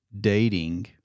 dating